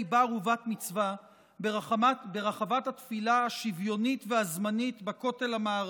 בר-מצווה ובת-מצווה ברחבת התפילה השוויונית והזמנית בכותל המערבי.